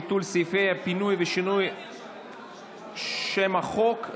ביטול סעיפי הפינוי ושינוי שם החוק),